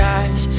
eyes